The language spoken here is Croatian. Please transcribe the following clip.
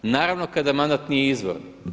Naravno kada mandat nije izvor.